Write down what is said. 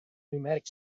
pneumatic